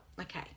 Okay